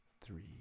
three